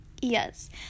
Yes